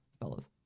fellas